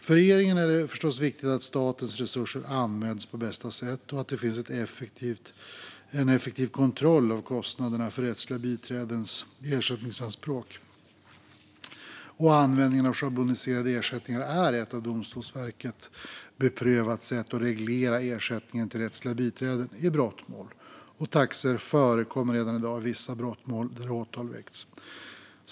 För regeringen är det förstås viktigt att statens resurser används på bästa sätt och att det finns en effektiv kostnadskontroll för rättsliga biträdens ersättningsanspråk. Användningen av schabloniserade ersättningar är ett av Domstolsverket beprövat sätt att reglera ersättningen till rättsliga biträden i brottmål, och taxor förekommer redan i dag i vissa brottmål där åtal väckts.